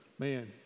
Man